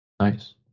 Nice